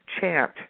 Chant